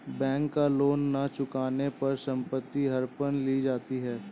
bank का loan न चुकाने पर संपत्ति हड़प ली जाती है